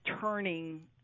turning